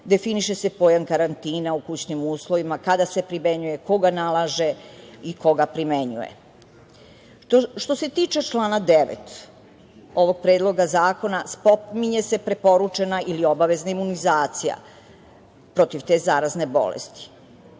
definiše se pojam karantina u kućnim uslovima, kada se primenjuje, ko ga nalaže i ko ga primenjuje. Što se tiče člana 9. ovog predloga zakona spominje se preporučena ili obavezna imunizacija protiv te zarazne bolesti.